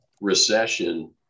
recession